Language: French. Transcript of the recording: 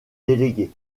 déléguées